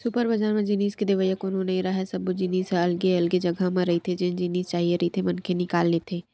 super बजार म जिनिस के देवइया कोनो नइ राहय, सब्बो जिनिस ह अलगे अलगे जघा म रहिथे जेन जिनिस चाही रहिथे मनखे निकाल लेथे